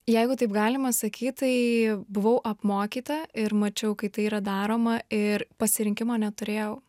jeigu taip galima sakyt tai buvau apmokyta ir mačiau kai tai yra daroma ir pasirinkimo neturėjau